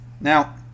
Now